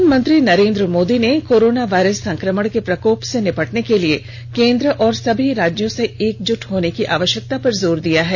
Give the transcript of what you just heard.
प्रधानमंत्री नरेन्द्र मोदी ने corona virus संक्रमण के प्रकोप से निपटने के लिये केन्द्र और सभी राज्यों से एकजुट होने की आवश्यकता पर जोर दिया है